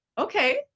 Okay